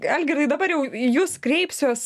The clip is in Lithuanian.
algirdai dabar jau į jus kreipsiuos